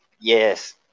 Yes